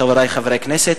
חברי חברי הכנסת,